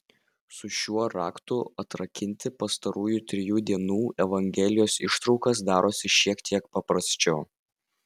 su šiuo raktu atrakinti pastarųjų trijų dienų evangelijos ištraukas darosi šiek tiek paprasčiau